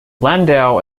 landau